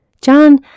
John